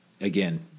again